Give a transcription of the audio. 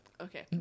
Okay